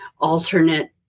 alternate